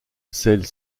celle